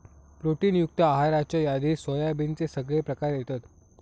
protein युक्त आहाराच्या यादीत सोयाबीनचे सगळे प्रकार येतत